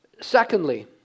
Secondly